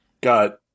got